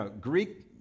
Greek